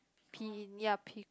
Pi~ ya Pi~